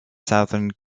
southern